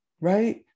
right